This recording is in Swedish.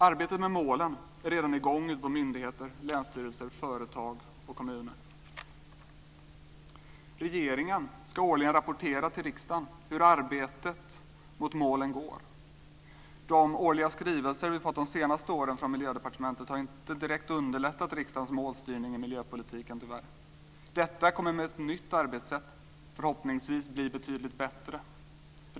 Arbetet med målen är redan i gång ute i myndigheter, länsstyrelser, företag och kommuner. Regeringen ska årligen rapportera till riksdagen hur arbetet mot målen går. De årliga skrivelser vi fått de senaste åren från Miljödepartementet har tyvärr inte direkt underlättat riksdagens målstyrning i miljöpolitiken. Med ett nytt arbetssätt kommer detta förhoppningsvis att bli betydligt bättre.